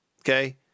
Okay